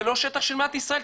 זה לא שטח של מדינת ישראל,